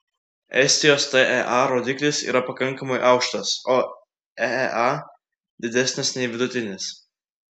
estijos tea rodiklis yra pakankamai aukštas o eea didesnis nei vidutinis